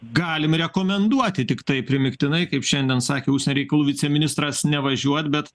galim rekomenduoti tiktai primygtinai kaip šiandien sakė užsienio reikalų viceministras nevažiuot bet